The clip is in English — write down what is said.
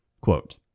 quote